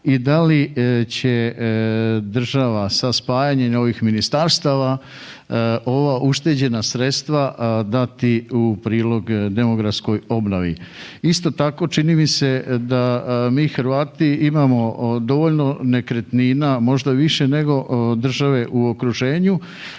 i da li će država sa spajanjem ovih ministarstava ova ušteđena sredstva dati u prilog demografskoj obnovi. Isto tako čini mi se da mi Hrvati imamo dovoljno nekretnina možda više nego države u okruženju,